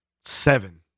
seven